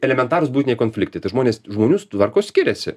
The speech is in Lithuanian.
elementarūs buitiniai konfliktai tai žmonės žmonių tvarkos skiriasi